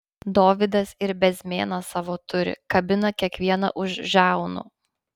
dovydas ir bezmėną savo turi kabina kiekvieną už žiaunų